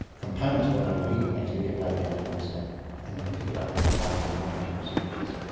components of what they've been eating actually get laid down in the whisker and we can pick it up in the carbon and nitrogen signatures.